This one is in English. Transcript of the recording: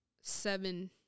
seven